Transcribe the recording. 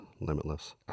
limitless